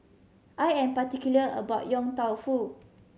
I am particular about Yong Tau Foo